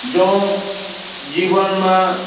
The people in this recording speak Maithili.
जँ जीवनमे